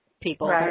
people